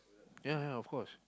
ya ya of course